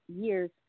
years